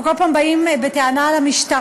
אנחנו כל פעם באים בטענה על המשטרה,